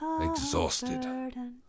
exhausted